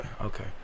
Okay